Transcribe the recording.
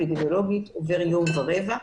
עובר יום ורבע.